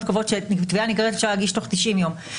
קובעות שתביעה נגררת אפשר להגיש תוך 90 יום,